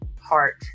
heart